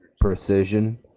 precision